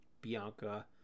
Bianca